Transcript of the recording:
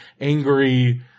angry